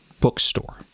bookstore